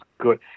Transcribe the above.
good